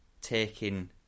taking